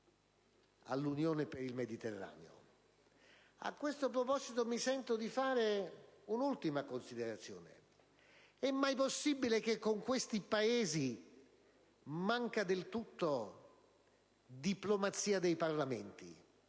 all'Unione per il Mediterraneo. A questo proposito, mi sento di fare un'ultima considerazione: è mai possibile che con questi Paesi manchi del tutto una diplomazia dei Parlamenti?